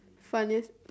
funniest